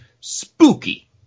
spooky